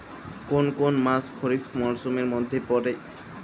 কোন কোন মাস খরিফ মরসুমের মধ্যে পড়ে?